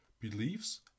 beliefs